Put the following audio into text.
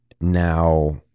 now